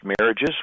marriages